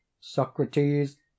Socrates